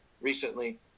recently